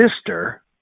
sister